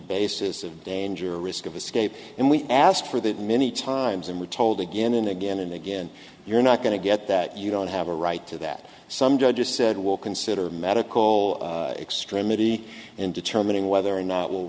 basis of danger or risk of escape and we asked for that many times and were told again and again and again you're not going to get that you don't have a right to that some judges said will consider medical extremity in determining whether or not will